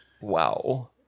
Wow